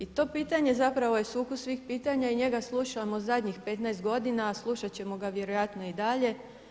I to pitanje je zapravo sukus svih pitanja i njega slušamo zadnjih 15 godina, a slušat ćemo ga vjerojatno i dalje.